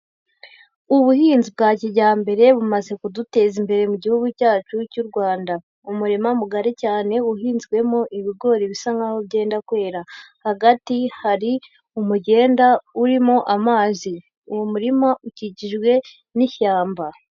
Ubuhinzi bwa kijyambere bumaze kuduteza imbere mu gihugu cyacu cy'u Rwanda. Umurima mugari cyane uhinzwemo ibigori bisa nkaho byenda kwera, hagati hari umugenda urimo amazi, uwo murima ukikijwe n'ishyamba.